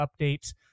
updates